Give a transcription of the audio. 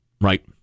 right